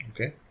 Okay